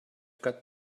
got